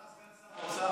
עלה סגן שר האוצר,